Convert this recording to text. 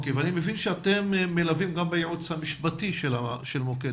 אני מבין שאתם מלווים גם בייעוץ המשפטי של מוקד